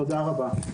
תודה רבה.